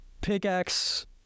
pickaxe